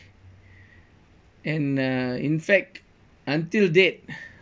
and uh in fact until date